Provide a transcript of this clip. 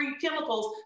chemicals